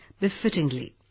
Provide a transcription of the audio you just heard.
befittingly